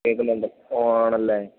കേൾക്കുന്നുണ്ട് ഓ ആണല്ലേ